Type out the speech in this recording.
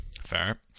Fair